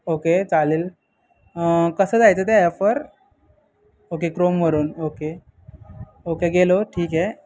okay चालेल कसं जायचं ते ॲफर ओके क्रोमवरून ओके ओके गेलो ठीक आहे